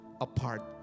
apart